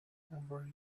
over